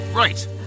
Right